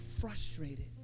frustrated